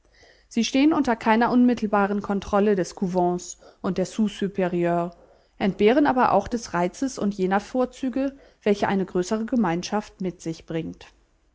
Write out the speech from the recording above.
sie stehen unter keiner unmittelbaren kontrolle des couvents und der sous superieure entbehren aber auch des reizes und jener vorzüge welche eine größere gemeinschaft mit sich bringt